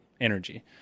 energy